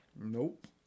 nope